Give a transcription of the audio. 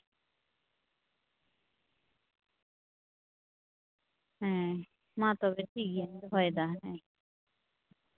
ᱦᱮᱸ ᱢᱟ ᱛᱚᱵᱮ ᱴᱷᱤᱠᱜᱮᱭᱟ ᱫᱚᱦᱚᱭᱫᱟ ᱦᱮᱸ